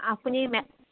আপুনি মে